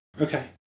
Okay